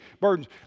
burdens